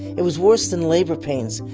it was worse than labor pains.